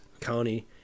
County